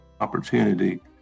opportunity